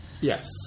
Yes